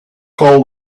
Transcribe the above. call